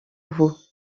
vous